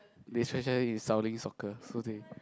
they in Shaolin soccer so they